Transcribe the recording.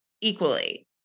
equally